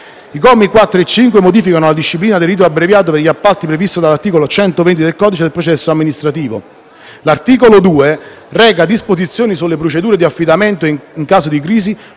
I commi 4 e 5 modificano la disciplina del rito abbreviato per gli appalti previsto dall'articolo 120 del codice del processo amministrativo. L'articolo 2 reca disposizioni sulle procedure di affidamento in caso di crisi,